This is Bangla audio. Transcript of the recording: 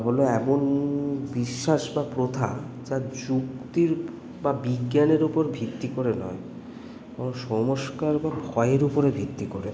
হল এমন বিশ্বাস বা প্রথা যা যুক্তির বা বিজ্ঞানের উপর ভিত্তি করে নয় সংস্কার বা ভয়ের উপরে ভিত্তি করে